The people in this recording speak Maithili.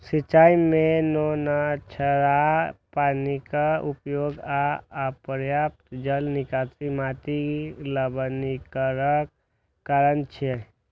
सिंचाइ मे नोनछराह पानिक उपयोग आ अपर्याप्त जल निकासी माटिक लवणीकरणक कारण छियै